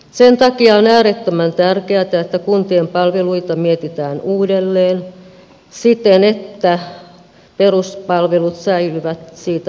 sen takia on äärettömän tärkeätä että kuntien palveluita mietitään uudelleen siten että peruspalvelut säilyvät siitä huolimatta